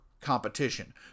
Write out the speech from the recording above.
competition